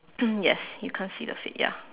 yes you can't see the feet ya